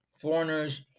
foreigners